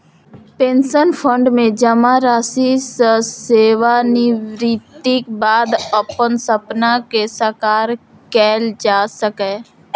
pension fund मे जमा राशि सं सेवानिवृत्तिक बाद अपन सपना कें साकार कैल जा सकैए